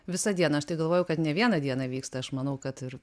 visą dieną aš tai galvojau kad ne vieną dieną vyksta aš manau kad ir